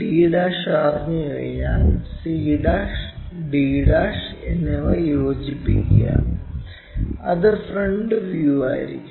d അറിഞ്ഞുകഴിഞ്ഞാൽ c' d' എന്നിവ യോജിപ്പിക്കുക അത് ഫ്രണ്ട് വ്യൂ ആയിരിക്കും